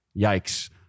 Yikes